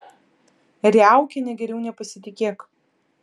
riaukiene geriau nepasitikėk